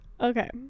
Okay